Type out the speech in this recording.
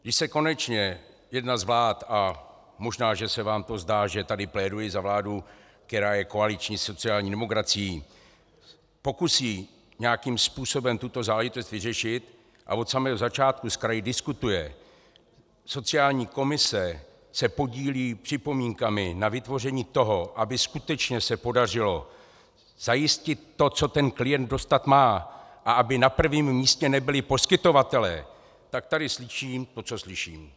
Když se konečně jedna z vlád a možná se vám zdá, že tady pléduji za vládu, která je koaliční sociální demokracií pokusí nějakým způsobem tuto záležitost vyřešit a od samého začátku s kraji diskutuje, sociální komise se podílí připomínkami na vytvoření toho, aby se skutečně podařilo zajistit to, co ten klient dostat má, a aby na prvním místě nebyli poskytovatelé, tak tady slyším to, co slyším.